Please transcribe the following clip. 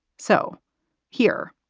so here,